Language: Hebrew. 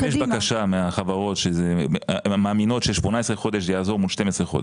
אם יש בקשה מהחברות שמאמינות ש-18 חודשים יעזור מול ה-12 חודשים.